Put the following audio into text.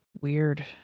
weird